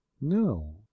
No